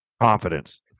Confidence